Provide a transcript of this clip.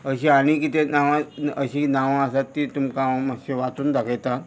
अशीं आनी कितें नांवां अशीं नांवां आसात तीं तुमकां हांव मातशें वाचून दाखयतां